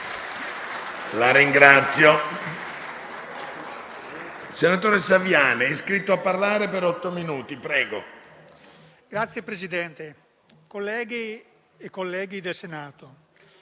Signor Presidente, colleghe e colleghi del Senato,